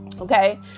Okay